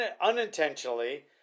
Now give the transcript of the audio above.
unintentionally